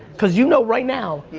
cause you know right now,